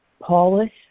polish